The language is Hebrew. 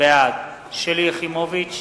בעד שלי יחימוביץ,